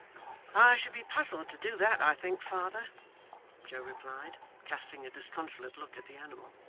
i should be puzzled to do that, i think, father joe replied, casting a disconsolate look at the animal.